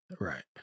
right